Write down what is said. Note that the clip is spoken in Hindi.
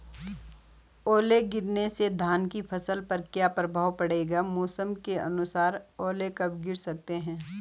ओले गिरना से धान की फसल पर क्या प्रभाव पड़ेगा मौसम के अनुसार ओले कब गिर सकते हैं?